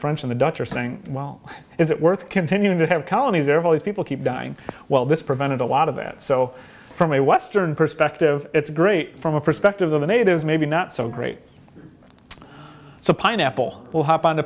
french and the dutch are saying well is it worth continuing to have colonies or all these people keep dying well this prevented a lot of it so from a western perspective it's great from a perspective of the natives maybe not so great so pineapple will hop on the